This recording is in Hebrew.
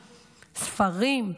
ספרים,